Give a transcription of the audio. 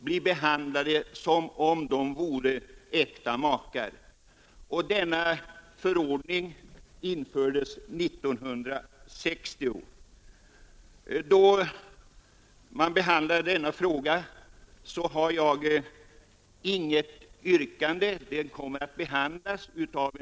Om jag kan tyda utskottets skrivning riktigt har väl utskottet samma mening: när man arbetat med dessa problem sedan 1964 borde man väl kunna komma till något resultat! Därför är alltså min innersta önskan att det hela måtte ordnas med det snaraste.